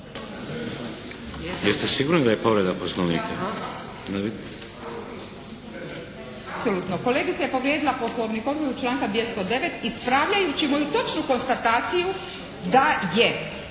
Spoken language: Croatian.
Jeste sigurni da je povreda Poslovnika?